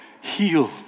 heal